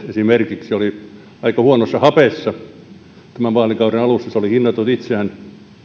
esimerkiksi valtionrautatiet oli aika huonossa hapessa tämän vaalikauden alussa se oli hinnoitellut itseään